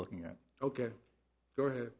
looking at ok go ahead